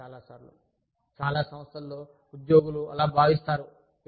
చాలా సార్లు చాలా సంస్థలలో ఉద్యోగులు అలా భావిస్తారు